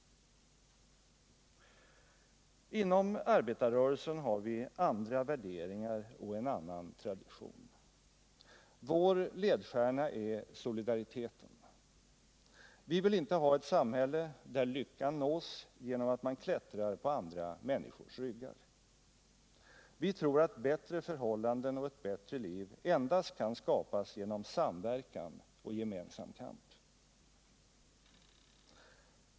Inom arbetarrörelsen har vi andra värderingar och en annan tradition. Vår ledstjärna är solidariteten. Vi vill inte ha ett samhälle där lyckan nås genom att man klättrar på andra människors ryggar. Vi tror att bättre förhållanden och ett bättre liv kan skapas endast genom samverkan och gemensam kamp.